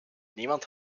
niemand